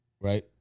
right